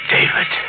David